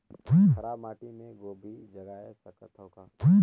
खराब माटी मे गोभी जगाय सकथव का?